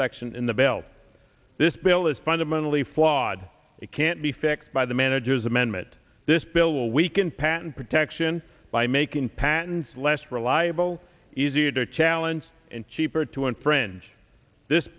section in the bell this bill is fundamentally flawed it can't be fixed by the manager's amendment this bill will weaken patent protection by making patents less reliable easier to challenge and cheaper to infringe this